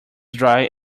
dry